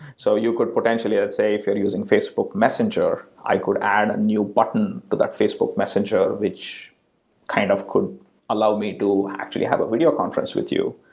so you could potentially let's say if you're using facebook messenger, i could add a new button to that facebook messenger which kind of could allow me to actually have a video conference with you,